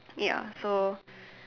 ya so